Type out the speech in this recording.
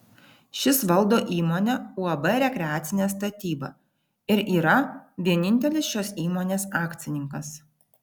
šis valdo įmonę uab rekreacinė statyba ir yra vienintelis šios įmonės akcininkas